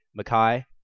Makai